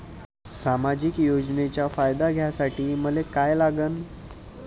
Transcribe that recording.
सामाजिक योजनेचा फायदा घ्यासाठी मले काय लागन?